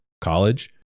college